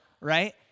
right